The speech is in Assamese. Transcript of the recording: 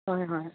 হয় হয়